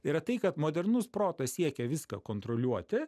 yra tai kad modernus protas siekia viską kontroliuoti